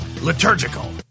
liturgical